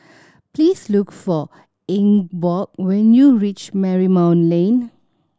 please look for Ingeborg when you reach Marymount Lane